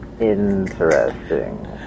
interesting